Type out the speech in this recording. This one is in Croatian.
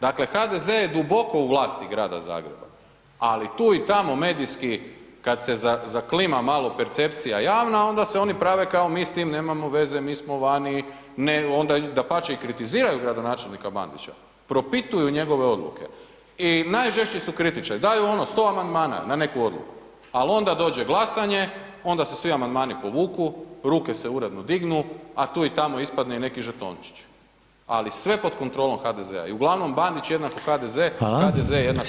Dakle, HDZ je duboko u vlasti grada Zagreba, ali tu i tamo medijski kad se zaklima malo percepcija javna, onda se oni prave kao mi s tim nemamo veze, mi smo vani, onda dapače i kritiziraju gradonačelnika Bandića, propituju njegove odluke i najžešći su kritičari, daju ono 100 amandmana na neku odluku, ali onda dođe glasanje, onda se svi amandmani povuku, ruke se uredno dignu a tu i tamo ispadne i neki žetončić, ali sve pod kontrolom HDZ-a i uglavnom Bandić = HDZ, HDZ = Bandić.